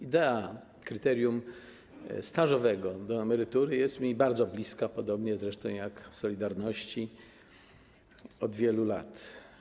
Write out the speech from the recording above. Idea kryterium stażowego przy emeryturze jest mi bardzo bliska, podobnie zresztą jak „Solidarności” od wielu lat.